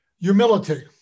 Humility